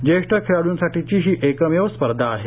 ज्येष्ठ खेळाडूंसाठीची ही एकमेव स्पर्धा आहे